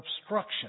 obstruction